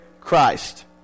Christ